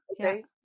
okay